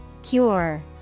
Cure